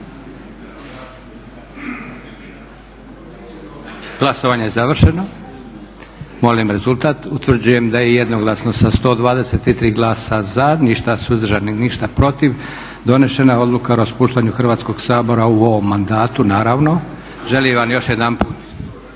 Glasovanje je završeno. Molim rezultat. Utvrđujem da je jednoglasno, sa 123 glasa za, ništa suzdržanih, ništa protiv, donesena Odluka o raspuštanju Hrvatskog sabora u ovom mandatu naravno. Želim vam još jedanput